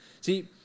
See